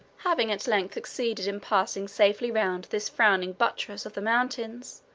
having at length succeeded in passing safely round this frowning buttress of the mountains,